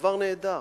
דבר נהדר,